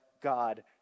God